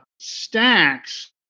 stacks